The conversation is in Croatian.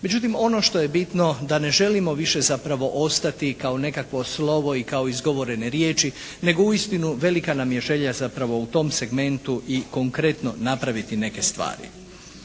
Međutim ono što je bitno da ne želimo više zapravo ostati kao nekakvo slovo i kao izgovorene riječi nego uistinu velika nam je želja zapravo u tom segmentu i konkretno napraviti neke stvari.